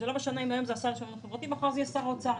לא משנה אם היום זה השר לשוויון חברתי ומחר זה יהיה שר האוצר.